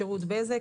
שירות בזק,